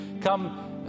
come